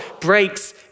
breaks